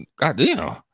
goddamn